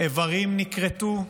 איברים נכרתו,